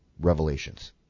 Revelations